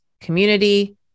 community